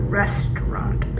restaurant